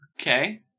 Okay